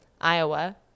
Iowa